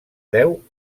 deu